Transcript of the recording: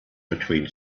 between